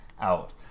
out